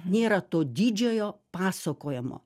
nėra to didžiojo pasakojimo